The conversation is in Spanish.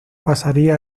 pasaría